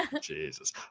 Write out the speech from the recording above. Jesus